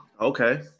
Okay